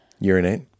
Urinate